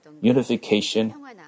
unification